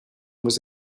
was